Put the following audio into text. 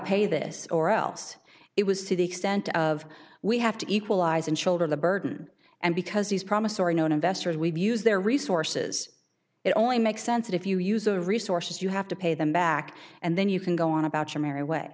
pay this or else it was to the extent of we have to equalize and shoulder the burden and because these promissory note investors we've used their resources it only makes sense if you use a resources you have to pay them back and then you can go on about your merry w